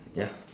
ya